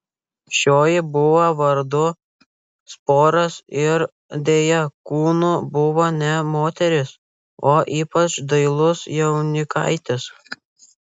šioji buvo vardu sporas ir deja kūnu buvo ne moteris o ypač dailus jaunikaitis